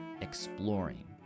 exploring